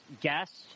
guest